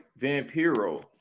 Vampiro